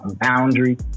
boundary